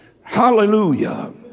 Hallelujah